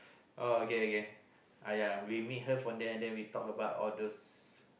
oh okay okay uh yeah we meet her from there then we talk about all those